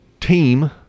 team